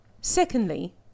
Secondly